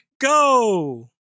go